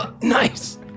Nice